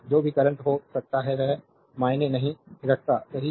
जो भी करंट हो सकता है वह मायने नहीं रखता सही है